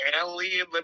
alien